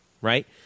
right